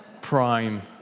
prime